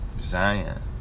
Zion